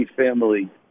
family